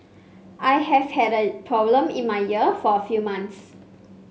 I have had a problem in my ear for a few months